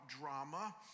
drama